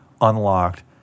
unlocked